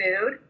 food